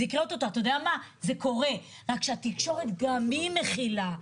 אתה יודע מה, זה קורה, רק שהתקשורת גם היא מכילה.